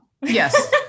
yes